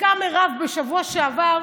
צדקה מירב, בשבוע שעבר,